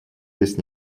есть